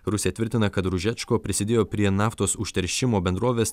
rusija tvirtina kad ružečko prisidėjo prie naftos užteršimo bendrovės